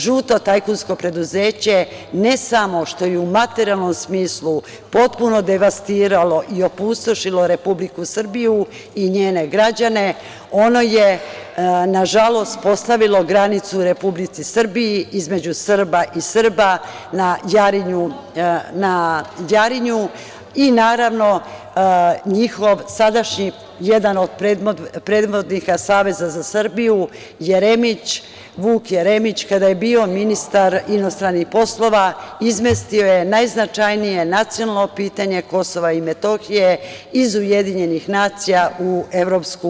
Žuto tajkunsko preduzeće, ne samo što je u materijalnom smislu potpuno devastiralo i opustošilo Republiku Srbiju i njene građane, ono je na žalost postavilo granicu Republici Srbiji između Srba i Srba na Jarinju, i naravno njihov sadašnji, jedan od predvodnika Saveza za Srbiju, Vuk Jeremić kada je bio ministar inostranih poslova izmestio je najznačajnije nacionalno pitanje Kosova i Metohije iz UN u EU.